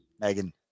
Megan